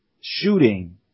shooting